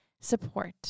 Support